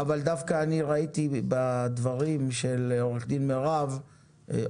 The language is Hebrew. אבל דווקא אני ראיתי בדברים של עורך דין מרב